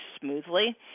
smoothly